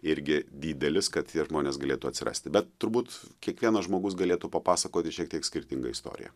irgi didelis kad tie žmonės galėtų atsirasti bet turbūt kiekvienas žmogus galėtų papasakoti šiek tiek skirtingą istoriją